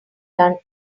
done